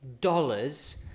dollars